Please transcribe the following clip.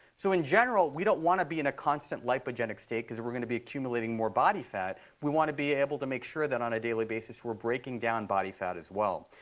so in general, we don't want to be in a constant lipogenic state, because we're going to be accumulating more body fat. we want to be able to make sure that on a daily basis we're breaking down body fat as well.